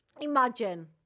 imagine